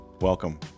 welcome